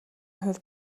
хувь